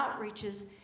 outreaches